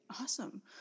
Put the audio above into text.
Awesome